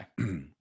Okay